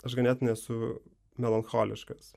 aš ganėtinai esu melancholiškas